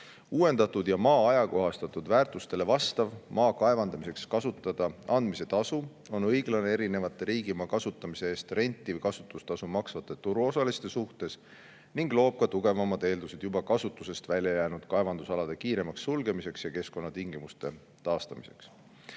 Uuendatud ja maa ajakohastatud väärtustele vastav maa kaevandamiseks kasutada andmise tasu on õiglane erinevate riigimaa kasutamise eest renti või kasutustasu maksvate turuosaliste suhtes ning loob tugevamad eeldused juba kasutusest välja jäänud kaevandusalade kiiremaks sulgemiseks ja keskkonnatingimuste taastamiseks.